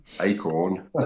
acorn